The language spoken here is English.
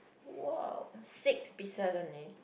!woah! six pieces only